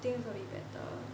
things will be better